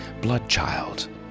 Bloodchild